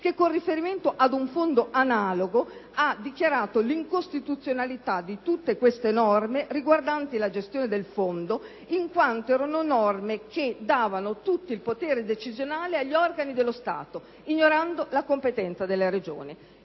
che, con riferimento ad un fondo analogo, ha dichiarato l'incostituzionalità di tutte le norme riguardanti la gestione del fondo in quanto erano norme che davano tutto il potere decisionale agli organi dello Stato, ignorando la competenza delle Regioni.